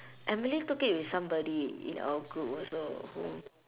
emily took it with somebody in our group also who